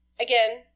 again